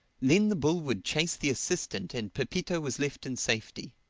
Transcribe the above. then the bull would chase the assistant and pepito was left in safety.